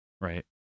right